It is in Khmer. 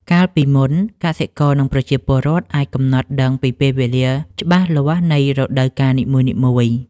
កាលពីមុន កសិករនិងប្រជាពលរដ្ឋអាចកំណត់ដឹងពីពេលវេលាច្បាស់លាស់នៃរដូវកាលនីមួយៗ។